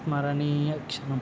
స్మరణీయ క్షణం